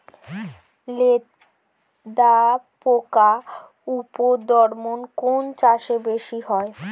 লেদা পোকার উপদ্রব কোন চাষে বেশি হয়?